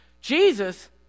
Jesus